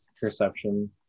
perception